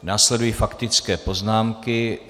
Následují faktické poznámky.